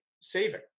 saving